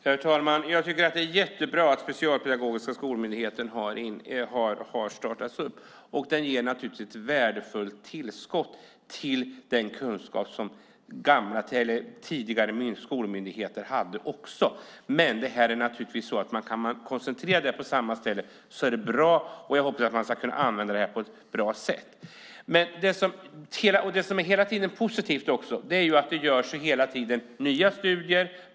Herr talman! Jag tycker att det är jättebra att man har startat Specialpedagogiska skolmyndigheten. Den ger ett värdefullt tillskott till den kunskap som tidigare skolmyndigheter också hade. Men om man kan koncentrera det till samma ställe är det naturligtvis bra, och jag hoppas att man ska kunna använda detta på ett bra sätt. Det som är positivt är att det hela tiden görs nya studier.